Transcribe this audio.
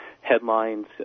headlines